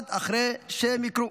עד אחרי שהם יקרו.